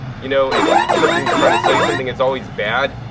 you know, if if somebody's trying to sell you something it's always bad.